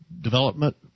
development